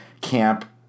camp